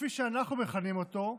וכפי שאנחנו מכנים אותו: